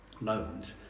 loans